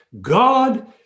God